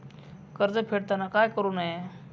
कर्ज फेडताना काय करु नये?